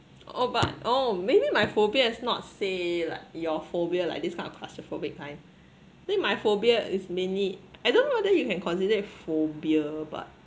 oh but oh maybe my phobia is not say like your phobia like this kind of claustrophobic kind think my phobia is mainly I don't know whether you can consider as phobia but